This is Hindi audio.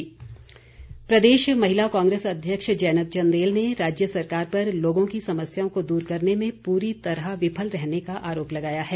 जैनब चंदेल प्रदेश महिला कांग्रेस अध्यक्ष जैनब चंदेल ने राज्य सरकार पर लोगों की समस्याओं को दूर करने में पूरी तरह विफल रहने का आरोप लगाया है